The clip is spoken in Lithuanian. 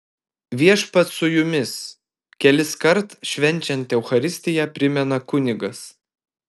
viešpats su jumis keliskart švenčiant eucharistiją primena kunigas